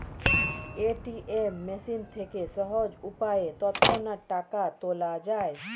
ATM machine থেকে সহজ উপায়ে তৎক্ষণাৎ টাকা তোলা যায়